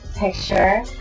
picture